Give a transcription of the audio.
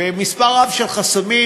ומספר רב של חסמים